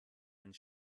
einen